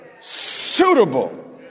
suitable